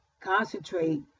concentrate